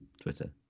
Twitter